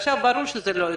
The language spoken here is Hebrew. עכשיו ברור שזה לא יקרה.